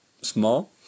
small